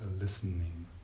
listening